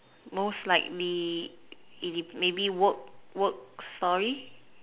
most likely it maybe work work story